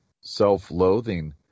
self-loathing